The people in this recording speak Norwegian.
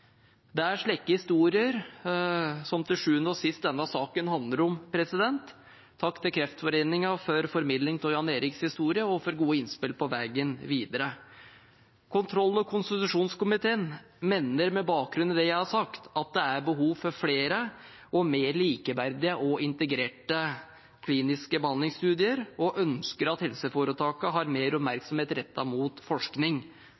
Det er slike historier denne saken til sjuende og sist handler om. Takk til Kreftforeningen for formidling av Jan Eriks historie og for gode innspill på vegen videre. Kontroll- og konstitusjonskomiteen mener, med bakgrunn i det jeg har sagt, at det er behov for flere og mer likeverdige og integrerte kliniske behandlingsstudier, og ønsker at helseforetakene har mer oppmerksomhet rettet mot forskning.